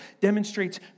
demonstrates